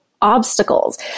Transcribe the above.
obstacles